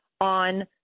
on